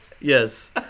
yes